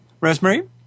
rosemary